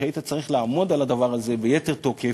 היית צריך לעמוד על הדבר הזה ביתר תוקף,